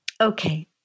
Okay